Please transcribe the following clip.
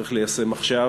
צריך ליישם עכשיו